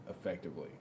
effectively